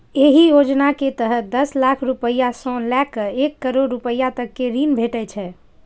एहि योजना के तहत दस लाख रुपैया सं लए कए एक करोड़ रुपैया तक के ऋण भेटै छै